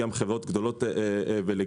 גם חברות גדולות ולגיטימיות.